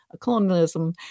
colonialism